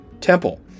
temple